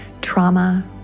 trauma